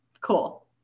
Cool